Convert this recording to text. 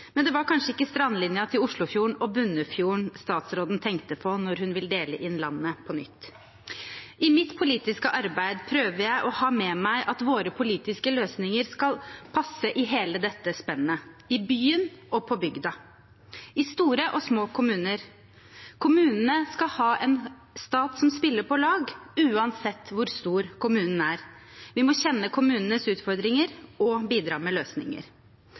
men det var kanskje ikke strandlinjen til Oslofjorden og Bunnefjorden statsråden tenkte på når hun vil dele inn landet på nytt. I mitt politiske arbeid prøver jeg å ha med meg at våre politiske løsninger skal passe i hele dette spennet – i byen og på bygda, i store og små kommuner. Kommunene skal ha en stat som spiller på lag, uansett hvor stor kommunen er. Vi må kjenne kommunenes utfordringer og bidra med løsninger.